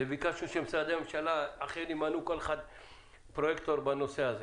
וביקשנו שמשרדי ממשלה אחרים ימנו פרויקטור כל אחד,